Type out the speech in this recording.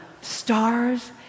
stars